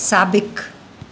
साबिक़ु